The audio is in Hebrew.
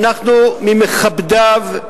ואנחנו ממכבדיו,